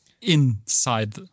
inside